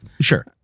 sure